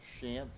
Shant